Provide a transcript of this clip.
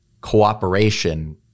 cooperation